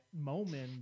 moment